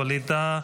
ווליד טאהא,